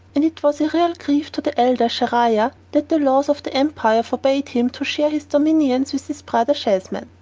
and it was a real grief to the elder, schahriar, that the laws of the empire forbade him to share his dominions with his brother schahzeman.